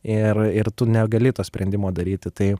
ir ir tu negali to sprendimo daryti tai